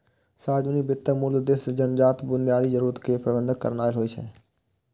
सार्वजनिक वित्तक मूल उद्देश्य जनताक बुनियादी जरूरत केर प्रबंध करनाय होइ छै